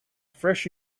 fresh